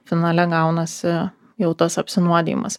finale gaunasi jau tas apsinuodijimas